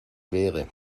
quere